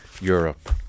Europe